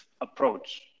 approach